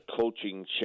coaching